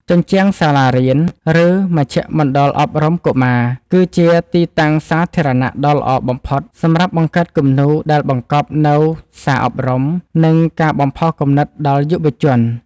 ជញ្ជាំងសាលារៀន ឬមជ្ឈមណ្ឌលអប់រំកុមារ គឺជាទីតាំងសាធារណៈដ៏ល្អបំផុតសម្រាប់បង្កើតគំនូរដែលបង្កប់នូវសារអប់រំ និងការបំផុសគំនិតដល់យុវជន។